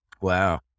Wow